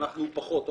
אנחנו פחות,